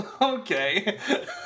Okay